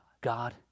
God